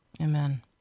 Amen